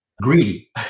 Greedy